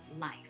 life